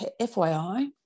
FYI